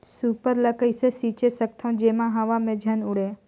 Super ल कइसे छीचे सकथन जेमा हवा मे झन उड़े?